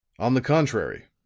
on the contrary,